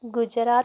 Gujarat